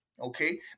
Okay